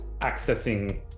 accessing